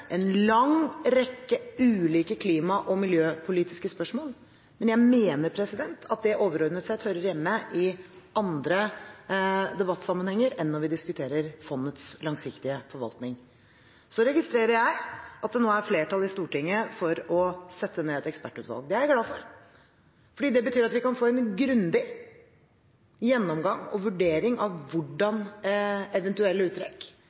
en lang rekke ulike klima- og miljøpolitiske spørsmål, men jeg mener at det overordnet sett hører hjemme i andre debattsammenhenger enn når vi diskuterer fondets langsiktige forvaltning. Så registrerer jeg at det nå er flertall i Stortinget for å sette ned et ekspertutvalg. Det er jeg glad for, fordi det betyr at vi kan få en grundig gjennomgang og vurdering av hvordan eventuelle